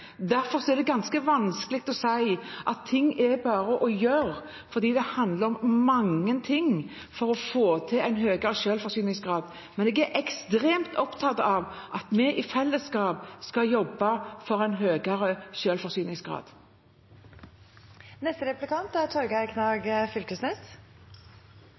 Derfor er det ganske vanskelig å si at det bare er å gjøre tiltak, for det handler om mange ting for å få til en høyere selvforsyningsgrad. Men jeg er ekstremt opptatt av at vi i fellesskap skal jobbe for en